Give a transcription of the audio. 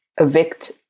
evict